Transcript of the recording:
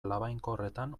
labainkorretan